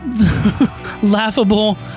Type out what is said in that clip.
laughable